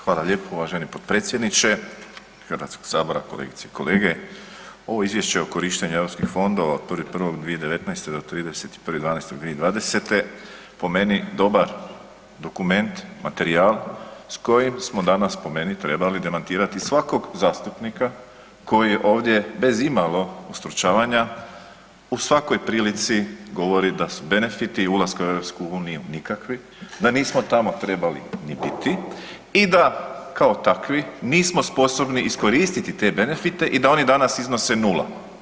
Hvala lijepo, uvaženi potpredsjedniče Hrvatskog sabora, kolegice i kolege, Ovo izvješće o korištenju europskih fondova od 1. 1. 2019. do 31. 12. 2020., po meni dobar dokument, materijal s kojim smo danas po meni trebali demantirati svakog zastupnika koji ovdje bez imalo ustručavanja u svakoj prilici govori da su benefiti ulaska u EU nikakvi, da nismo tamo trebali ni biti i da kao takvi, nismo sposobni iskoristiti te benefite i da oni danas iznose nula.